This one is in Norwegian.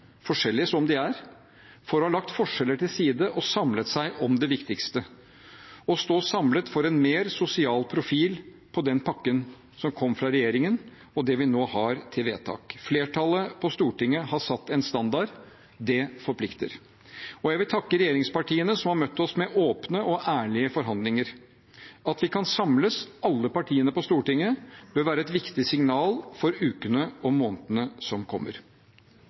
forskjellige som de er – for å ha lagt forskjeller til side og samlet seg om det viktigste: å stå samlet for en mer sosial profil på den pakken som kom fra regjeringen, og det vi nå har til vedtak. Flertallet på Stortinget har satt en standard. Det forplikter. Jeg vil takke regjeringspartiene, som har møtt oss med åpne og ærlige forhandlinger. At vi – alle partiene på Stortinget – kan samles, bør være et viktig signal for ukene og månedene som kommer.